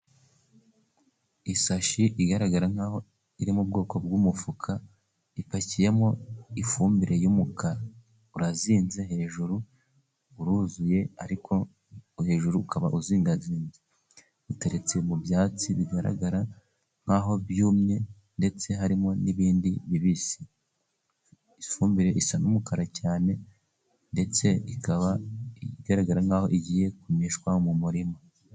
Isashi igaragara nk'aho iri mu bwoko bw'umufuka, ipakiyemo ifumbire y'umukara urazinze hejuru uruzuye, ariko hejuru ukaba uzingazinze uteretse mu byatsi bigaragara nk'aho byumye, ndetse harimo n'ibindi bibisi. Ifumbire isa n'umukara cyane, ndetse ikaba igaragara nk'aho igiye kumishwa mu murima.